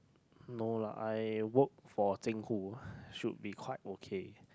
no lah I work for Zheng-Hu should be quite okay